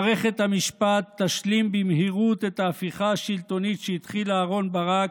מערכת המשפט תשלים במהירות את ההפיכה השלטונית שהתחיל אהרן ברק,